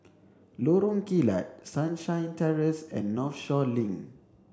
Lorong Kilat Sunshine Terrace and Northshore Link